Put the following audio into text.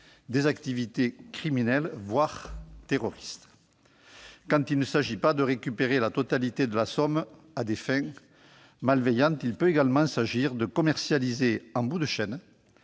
des activités criminelles, voire terroristes. Quand on ne cherche pas à récupérer la totalité de la somme à des fins malveillantes, il peut s'agir de commercialiser, en bout de chaîne,